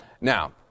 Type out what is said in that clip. Now